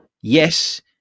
yes